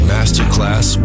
Masterclass